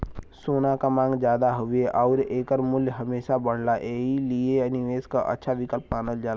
सोना क मांग जादा हउवे आउर एकर मूल्य हमेशा बढ़ला एही लिए निवेश क अच्छा विकल्प मानल जाला